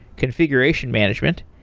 configuration management,